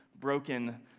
broken